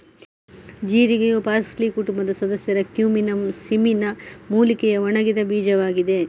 ಜೀರಿಗೆಯು parsley ಕುಟುಂಬದ ಸದಸ್ಯ cuminum cyminum ಮೂಲಿಕೆಯ ಒಣಗಿದ ಬೀಜವಾಗಿದೆ